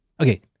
Okay